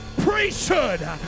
priesthood